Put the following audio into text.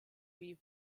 wie